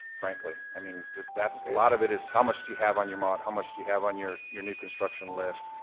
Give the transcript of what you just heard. frankly. i mean that's a lot of it is how much do have on your mod, how much do you have on your your new construction list,